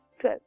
12